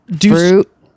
Fruit